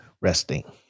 Resting